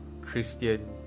christian